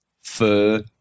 fur